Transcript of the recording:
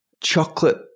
chocolate